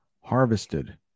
harvested